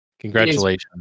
Congratulations